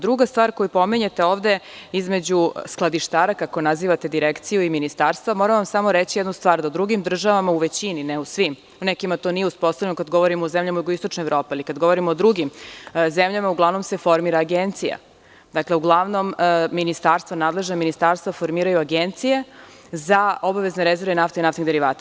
Druga stvar koju pominjete ovde, između skladištara, kako nazivate direkciju i ministarstvo, moram vam samo reći jednu stvar, da u drugim državama, u većini, ne u svim, u nekima to nije uspostavljeno kada govorimo o zemljama jugoistočne Evrope, ali kada govorimo o drugim, uglavnom se formira agencija, nadležna ministarstva formiraju agencije za obavezne rezerve nafte i naftnih derivata.